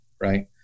right